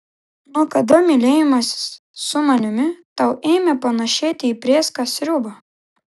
nuo kada mylėjimasis su manimi tau ėmė panėšėti į prėską sriubą